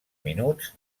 minuts